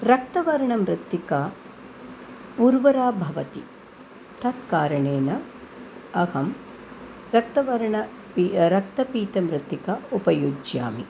रक्तवर्णमृतिका उर्वरा भवति तत्कारणेन अहं रक्तवर्ण रक्तपीतमृत्तिकाम् उपयुज्यामि